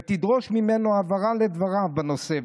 ותדרוש ממנו הבהרה לדבריו בנושא,